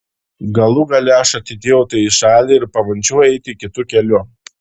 galų gale aš atidėjau tai į šalį ir pabandžiau eiti kitu keliu